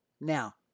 Now